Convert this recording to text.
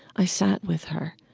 i sat with her.